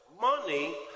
Money